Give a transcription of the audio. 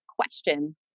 question